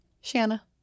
Shanna